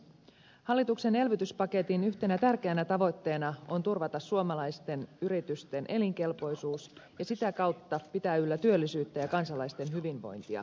hallituksen elvytyspaketin yhtenä tärkeänä tavoitteena on turvata suomalaisten yritysten elinkelpoisuus ja sitä kautta pitää yllä työllisyyttä ja kansalaisten hyvinvointia